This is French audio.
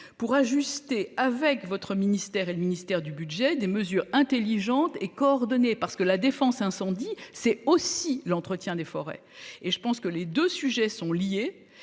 pour ajuster avec votre ministère et le ministère du Budget. Des mesures intelligentes et coordonnée parce que la défense incendie. C'est aussi l'entretien des forêts et je pense que les 2 sujets sont liés